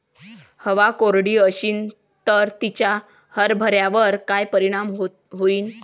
हवा कोरडी अशीन त तिचा हरभऱ्यावर काय परिणाम होईन?